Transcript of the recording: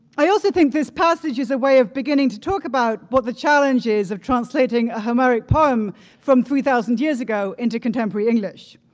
i also think this passage is a way of beginning to talk about but the challenges of translating a homeric poem from three thousand years ago into contemporary english.